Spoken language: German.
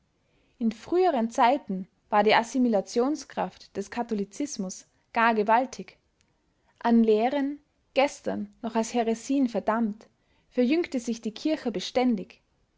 in früheren zeiten war die assimilationskraft des katholizismus gar gewaltig an lehren gestern noch als häresien verdammt verjüngte sich die kirche beständig